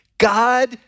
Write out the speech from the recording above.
God